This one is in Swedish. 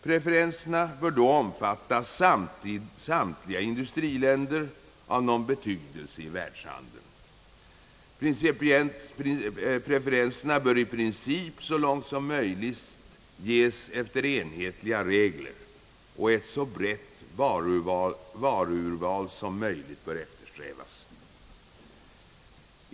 Preferenserna bör då omfatta samtliga industriländer av någon betydelse i världshandeln. Preferenserna bör i princip så långt som möjligt ges efter enhetliga regler, och ett så brett varuurval som möjligt bör eftersträvas.